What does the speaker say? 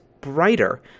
brighter